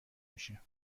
میشه